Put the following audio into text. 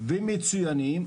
ומצוינים,